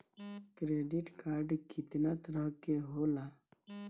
Credit card कितना तरह के होला?